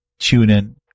TuneIn